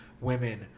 women